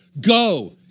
go